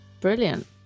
Brilliant